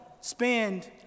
spend